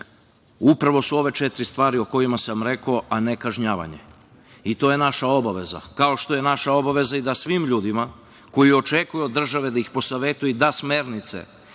upravo su ove četiri stvari koje sam rekao, a ne kažnjavanje, i to je naša obaveza, kao što je naša obaveza da svim ljudima koji očekuju od države da ih posavetuje i da smernice